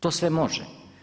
To sve može.